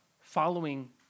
following